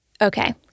Okay